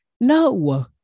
No